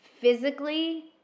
physically